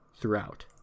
throughout